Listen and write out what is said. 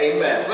Amen